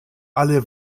alle